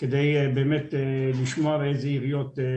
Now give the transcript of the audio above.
כדי לשמוע איזה עיריות אלה.